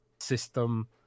system